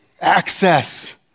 access